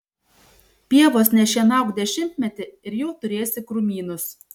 pievos nešienauk dešimtmetį ir jau turėsi krūmynus